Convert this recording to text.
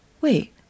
wait